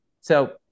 so-